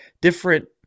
different